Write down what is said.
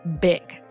big